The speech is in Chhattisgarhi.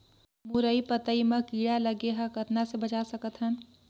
मुरई पतई म कीड़ा लगे ह कतना स बचा सकथन?